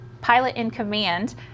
pilot-in-command